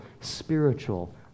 spiritual